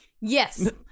Yes